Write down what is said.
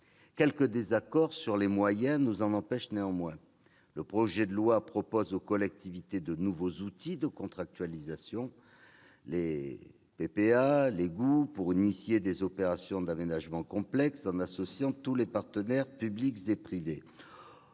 quelques désaccords quant aux moyens nous en empêchent. Le projet de loi propose aux collectivités de nouveaux outils de contractualisation, les PPA ou encore les GOU, pour engager des opérations d'aménagement complexes en associant tous les partenaires publics et privés.